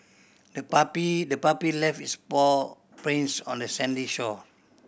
the puppy the puppy left its paw prints on the sandy shore